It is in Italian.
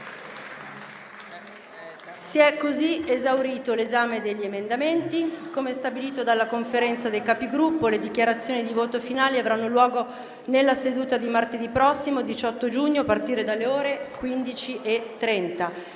Si è così esaurito l'esame degli emendamenti. Come stabilito dalla Conferenza dei Capigruppo, le dichiarazioni di voto finali avranno luogo nella seduta di martedì prossimo, 18 giugno, a partire dalle ore 15,30.